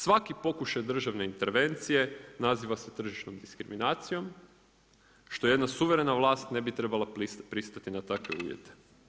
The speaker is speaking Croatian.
Svaki pokušaj državne intervencije naziva se tržišnom diskriminacijom što jedna suverena vlast ne bi trebala pristati na takve uvjete.